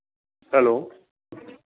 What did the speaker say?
hello